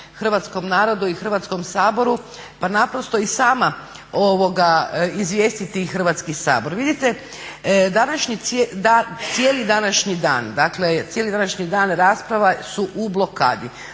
hrvatskom narodu i Hrvatskom saboru pa naprosto i sama izvijestiti Hrvatski sabor. Vidite, današnji cijeli dan, dakle cijeli današnji dan rasprava su u blokadi,